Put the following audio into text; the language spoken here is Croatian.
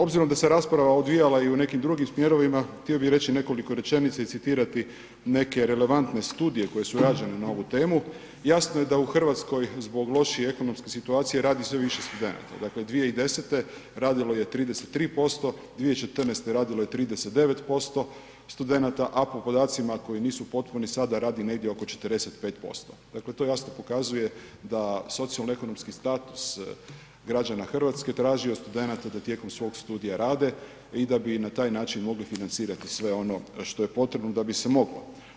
Obzirom da se rasprava odvijala i u nekim drugim smjerovima htio bi reći i nekoliko rečenica i citirati neke relevantne studije koje su rađene na ovu temu, jasno je da u RH zbog lošije ekonomske situacije radi sve više studenta, dakle 2010. radilo je 33%, 2014. radilo je 39% studenata, a po podacima koji nisu potpuni sada radi negdje oko 45%, dakle to jasno pokazuje da socioekonomski status građana RH traži od studenata da tijekom svog studija rade i da bi i na taj način mogli financirati sve ono što je potrebno da bi se moglo.